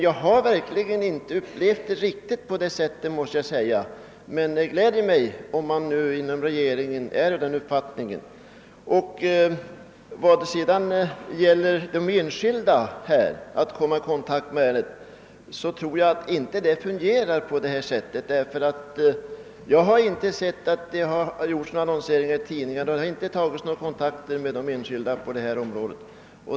Jag har verkligen inte upplevt situationen riktigt på det sättet, men det gläder mig att man nu inom regeringen hävdar en sådan uppfattning. Vad gäller de enskilda fastighetsägarnas möjligheter att: komma i kontakt med förrättningsmännen tror jag inte att det hela fungerar så som Ccivilministern menar. Jag har nämligen inte sett att det har förekommit någon annonsering i tidningarna eller tagits några kontakter med fastighetsägarna.